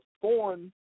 foreign